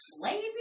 Lazy